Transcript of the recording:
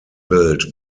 built